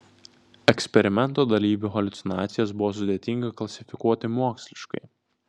eksperimento dalyvių haliucinacijas buvo sudėtinga klasifikuoti moksliškai